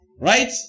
Right